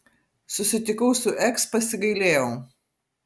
susitikau su eks pasigailėjau